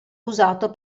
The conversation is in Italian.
usato